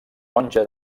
monja